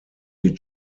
die